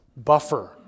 Buffer